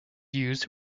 used